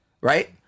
Right